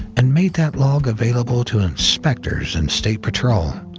and made that log available to inspectors and state patrol.